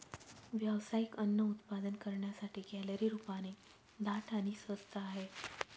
व्यावसायिक अन्न उत्पादन करण्यासाठी, कॅलरी रूपाने दाट आणि स्वस्त आहे